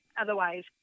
otherwise